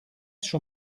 schon